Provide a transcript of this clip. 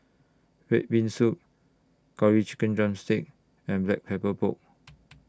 Red Bean Soup Curry Chicken Drumstick and Black Pepper Pork